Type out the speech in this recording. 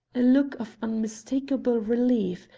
a look of unmistakable relief,